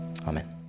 Amen